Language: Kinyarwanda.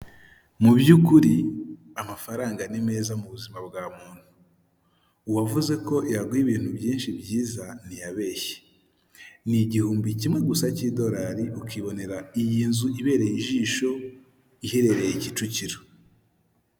Abantu bicaye bambaye idarapo ry'u Rwanda hakaba harimo abagabo n'abagore, bakaba bafashe ku meza ndetse bafite n'amakayi imbere yabo yo kwandikamo.